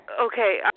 Okay